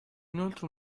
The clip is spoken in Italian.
inoltre